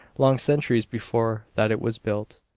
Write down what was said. long centuries before that it was built.